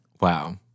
Wow